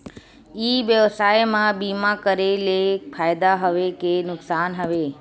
ई व्यवसाय म बीमा करे ले फ़ायदा हवय के नुकसान हवय?